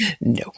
no